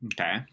Okay